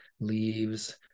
leaves